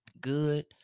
good